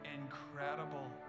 incredible